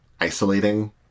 isolating